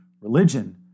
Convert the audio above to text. religion